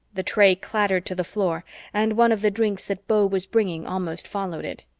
the tray clattered to the floor and one of the drinks that beau was bringing almost followed it.